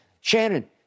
Shannon